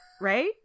right